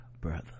brother